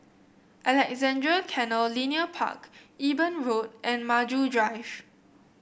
Alexandra Canal Linear Park Eben Road and Maju Drive